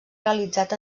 realitzat